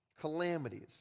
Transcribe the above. calamities